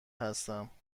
هستم